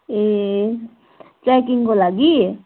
ए ट्रेकिङको लागि